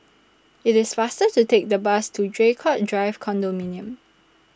IT IS faster to Take The Bus to Draycott Drive Condominium